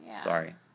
Sorry